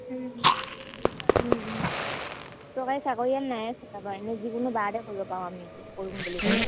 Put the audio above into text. চৰকাৰী চাকৰিয়াল নাই চাবা এনেই যিকোনো বাৰতে কৰিব পাৰো আমি এতিয়া কৰিম বুলি ক'লে